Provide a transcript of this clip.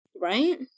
Right